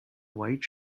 white